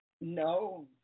No